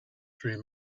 through